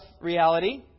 reality